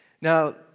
Now